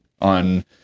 on